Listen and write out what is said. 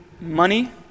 money